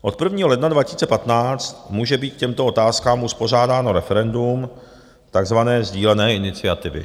Od 1. ledna 2015 může být k těmto otázkám uspořádáno referendum, takzvané sdílené iniciativy.